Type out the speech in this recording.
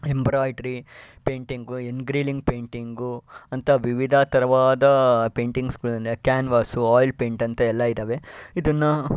embroidery painting engraving painting ಅಂತ ವಿವಿಧ ಥರವಾದ ಪೇಂಟಿಂಗ್ಸ್ಗಳಂದ್ರೆ ಕ್ಯಾನ್ವಾಸ್ಸು ಆಯಿಲ್ ಪೇಂಟ್ ಅಂತ ಎಲ್ಲ ಇದ್ದಾವೆ ಇದನ್ನು